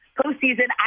postseason